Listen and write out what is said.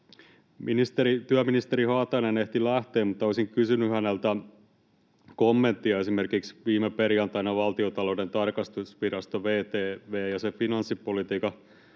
Työministeri Haatainen ehti lähteä, mutta olisin kysynyt häneltä kommenttia. Esimerkiksi viime perjantaina Valtiontalouden tarkastusvirasto VTV ja sen finanssipolitiikan